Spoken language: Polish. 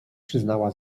przyznała